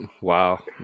wow